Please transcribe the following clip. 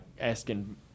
asking –